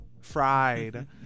Fried